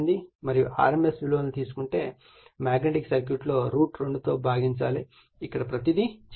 మరియు rms విలువను తీసుకుంటే మాగ్నెటిక్ సర్క్యూట్లో 2తో భాగించాలి ఇక్కడ ప్రతీది చేయబడింది